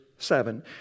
Seven